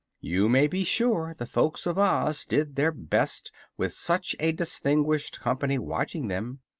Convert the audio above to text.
you may be sure the folks of oz did their best with such a distinguished company watching them,